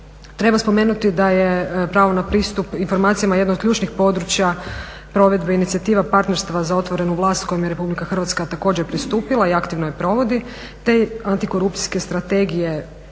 Treba spomenuti da je pravo na pristup informacijama jedno od ključnih područja provedbe inicijative partnerstva za otvorenu … kojom je Republika Hrvatska također pristupila i aktivno je provodi te antikorupcijske strategije